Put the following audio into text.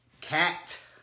Cat